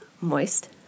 moist